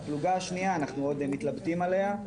הפלוגה השנייה, אנחנו עוד מתלבטים עליה.